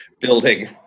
building